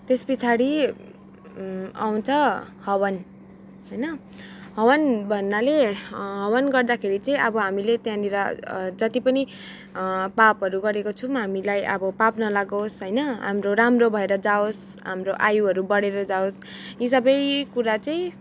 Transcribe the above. त्यस पछाडि आउँछ हवन होइन हवन भन्नाले हवन गर्दाखेरि चाहिँ अब हामीले त्यहाँनिर जतिपनि पापहरू गरेको छौँ हामीलाई अब पाप नलागोस् होइन हाम्रो राम्रो भएर जाओस् हाम्रो आयुहरू बढेर जाओस् यी सबैकुरा चाहिँ